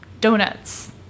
donuts